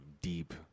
deep